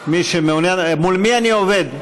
מול מי אני עובד?